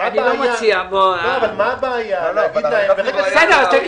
מה הבעיה להגיד להם --- אני לא מציע